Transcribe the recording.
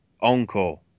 encore